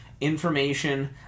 information